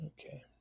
Okay